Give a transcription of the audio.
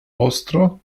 ostro